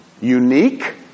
unique